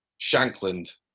Shankland